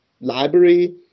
Library